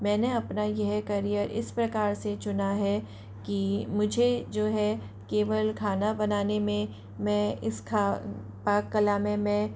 मैंने अपना यह करियर इस प्रकार से चुना है कि मुझे जो है केवल खाना बनाने में मैं इसका पाक कला में मैं